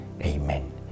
amen